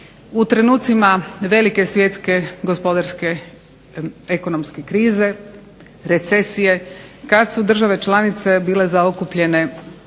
u trenutcima velike svjetske, gospodarske i ekonomske krize recesije, kada su države članice bile zaokupljene